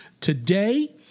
today